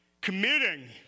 Committing